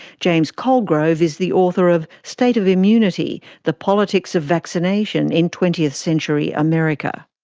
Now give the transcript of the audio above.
james colgrove is the author of state of immunity the politics of vaccination in twentieth-century america.